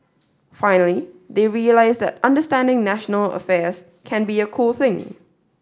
finally they realise that understanding national affairs can be a cool thing